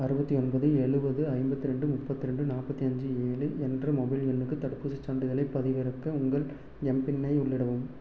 அறுபத்தி ஒன்பது எழுபது ஐம்பத்தி ரெண்டு முப்பத்ரெண்டு நாற்பத்தி அஞ்சு ஏழு என்ற மொபைல் எண்ணுக்கு தடுப்பூசிச் சான்றிதழைப் பதிவிறக்க உங்கள் எம்பின்னை உள்ளிடவும்